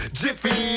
jiffy